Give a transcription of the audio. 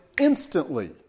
instantly